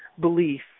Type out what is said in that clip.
belief